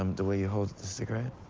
um the way you hold the cigarette.